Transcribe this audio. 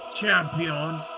champion